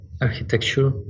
architecture